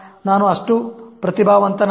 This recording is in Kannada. ನಾನು ಅಷ್ಟು ಪ್ರತಿಭಾವಂತನಲ್ಲ